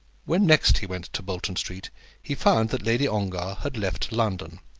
when next he went to bolton street he found that lady ongar had left london.